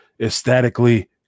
aesthetically